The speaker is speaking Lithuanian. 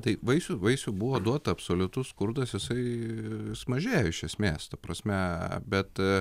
tai vaisių vaisių buvo duota absoliutus skurdas jisai vis mažėja iš esmės ta prasme bet